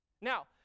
Now